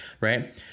right